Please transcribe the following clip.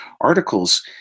articles